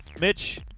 Mitch